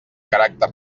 caràcter